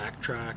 backtrack